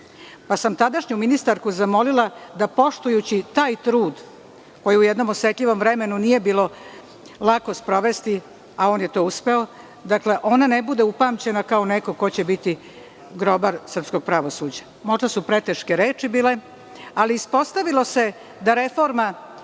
pa sam tadašnju ministarku zamolila da, poštujući taj trud koji u jednom osetljivom vremenu nije bilo lako sprovesti, a on je to uspeo, da ona ne bude upamćena kao neko ko će biti grobar srpskog pravosuđa. Možda su preteške reči bile, ali ispostavilo se da reforma